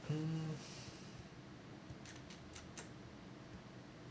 mm